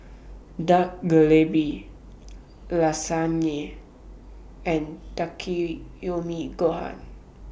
Dak Galbi Lasagne and Takikomi Gohan